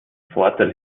vorteil